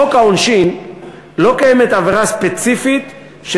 בחוק העונשין לא קיימת עבירה ספציפית של